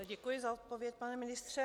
Děkuji za odpověď, pane ministře.